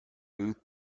booth